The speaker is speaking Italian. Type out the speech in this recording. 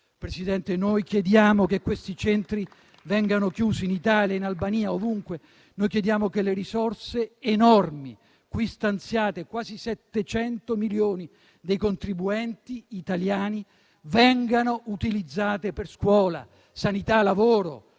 noi chiediamo che questi centri vengano chiusi, in Italia, in Albania, ovunque. Noi chiediamo che le risorse enormi qui stanziate, pari quasi a 700 milioni dei contribuenti italiani, vengano utilizzate per scuola, sanità, lavoro